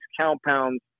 compounds